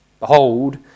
Behold